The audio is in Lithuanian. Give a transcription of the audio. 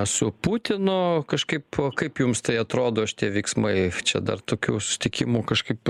su putinu kažkaip kaip jums tai atrodo šiie veiksmai čia dar tokių susitikimų kažkaip